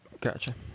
Gotcha